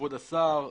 כבוד השר,